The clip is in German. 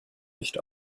nicht